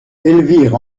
elvire